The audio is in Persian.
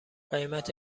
قیمت